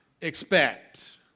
expect